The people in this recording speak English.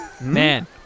Man